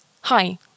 Hi